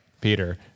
Peter